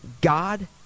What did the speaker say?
God